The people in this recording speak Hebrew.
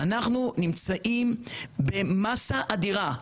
אנחנו נמצאים במסה אדירה.